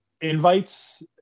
invites